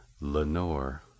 Lenore